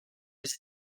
was